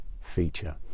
feature